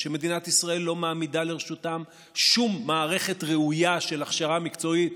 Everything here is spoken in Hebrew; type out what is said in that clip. שמדינת ישראל לא מעמידה לרשותם שום מערכת ראויה של הכשרה מקצועית.